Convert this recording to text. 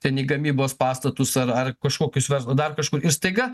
ten į gamybos pastatus ar ar kažkokius verslo dar kažkur ir staiga